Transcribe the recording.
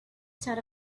that